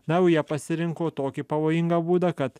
na o jie pasirinko tokį pavojingą būdą kad